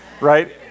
right